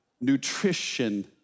nutrition